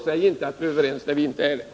Säg inte att vi är överens när vi inte är det.